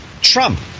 Trump